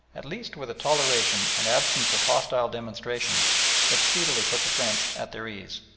at least with a toleration and absence of hostile demonstration that speedily put the french at their ease.